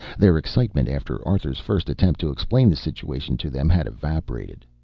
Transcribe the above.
their excitement after arthur's first attempt to explain the situation to them had evaporated.